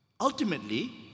Ultimately